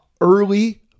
Early